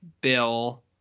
Bill